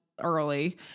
early